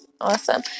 Awesome